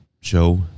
show